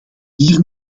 hier